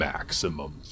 Maximum